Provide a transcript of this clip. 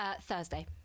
Thursday